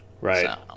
Right